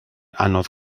anodd